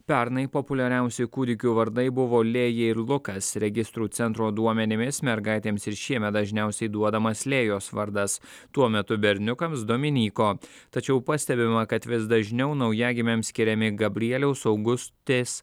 pernai populiariausi kūdikių vardai buvo lėja ir lukas registrų centro duomenimis mergaitėms ir šiemet dažniausiai duodamas lėjos vardas tuo metu berniukams dominyko tačiau pastebima kad vis dažniau naujagimiams skiriami gabrieliaus augustės